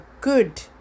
good